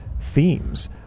themes